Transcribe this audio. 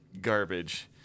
garbage